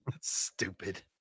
Stupid